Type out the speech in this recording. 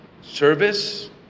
service